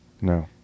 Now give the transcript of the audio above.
No